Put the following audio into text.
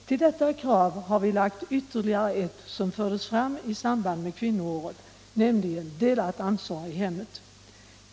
Till detta krav har vi lagt ännu ett som fördes fram i samband med kvinnoåret, nämligen ”delat ansvar i hemmet”.